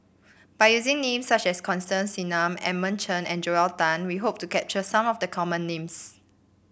by using names such as Constance Singam Edmund Chen and Joel Tan we hope to capture some of the common names